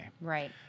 Right